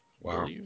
Wow